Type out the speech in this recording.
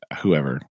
whoever